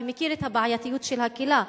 ומכיר את הבעייתיות של הקהילה.